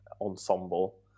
ensemble